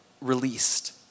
released